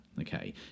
okay